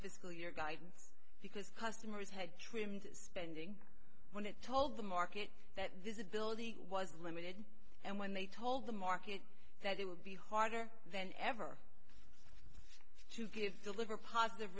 fiscal year guidance because customers had trimmed spending when it told the market that visibility was limited and when they told the market that it would be harder than ever to give deliver positive